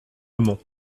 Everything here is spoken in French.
moment